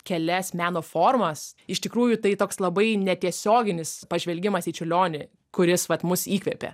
kelias meno formas iš tikrųjų tai toks labai netiesioginis pažvelgimas į čiurlionį kuris vat mus įkvėpė